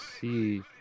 see